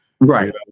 Right